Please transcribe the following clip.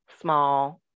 small